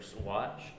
watch